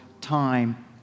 time